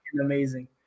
amazing